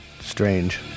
Strange